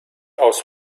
aus